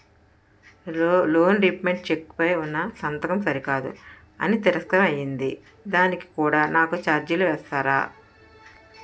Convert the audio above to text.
Loan repayment cheque పై ఉన్నా సంతకం సరికాదు అని తిరస్కారం అయ్యింది దానికి కూడా నాకు ఛార్జీలు వేస్తారా?